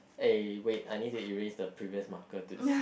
eh wait I need to erase the previous maker to see